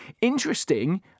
interesting